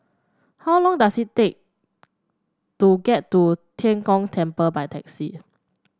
how long does it take to get to Tian Kong Temple by taxi